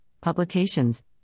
publications